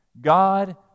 God